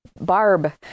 Barb